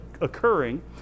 occurring